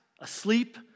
asleep